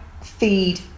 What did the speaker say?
feed